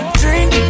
drink